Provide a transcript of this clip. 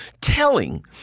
telling